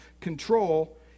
control